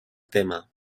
tema